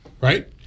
right